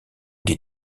des